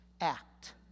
act